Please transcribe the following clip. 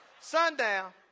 sundown